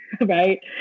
right